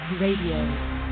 Radio